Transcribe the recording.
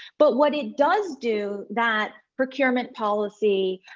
but what it does do that procurement policy,